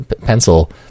pencil